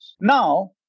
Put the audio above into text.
Now